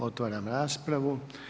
Otvaram raspravu.